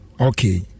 Okay